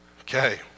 Okay